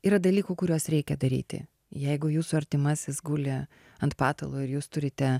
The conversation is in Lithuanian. yra dalykų kuriuos reikia daryti jeigu jūsų artimasis guli ant patalo ir jūs turite